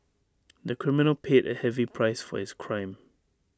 the criminal paid A heavy price for his crime